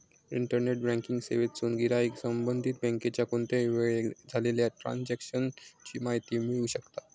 internet banking सेवेतसून गिराईक संबंधित बँकेच्या कोणत्याही वेळेक झालेल्या ट्रांजेक्शन ची माहिती मिळवू शकता